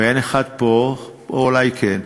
ואין אחד פה, או אולי כן,